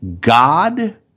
God